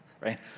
right